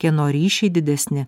kieno ryšiai didesni